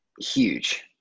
huge